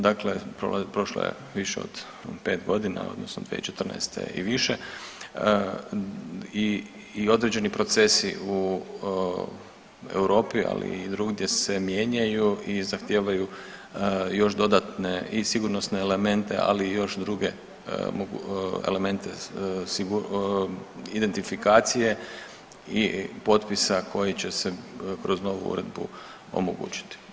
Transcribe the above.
Dakle, prošlo je više od pet godina odnosno 2014. i više i određeni procesi u Europi, ali i drugdje se mijenjaju i zahtijevaju još dodatne i sigurnosne elemente, ali i još druge elemente identifikacije i potpisa koji će se kroz novu uredbu omogućiti.